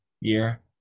Year